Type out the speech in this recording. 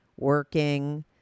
working